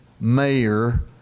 mayor